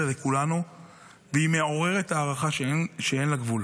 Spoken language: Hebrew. בהתמדה שאין לה תחליף.